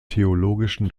theologischen